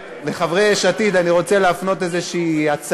לחברי יש עתיד אני רוצה להפנות איזו הצעה: